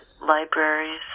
libraries